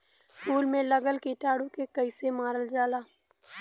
फूल में लगल कीटाणु के कैसे मारल जाला?